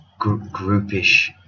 groupish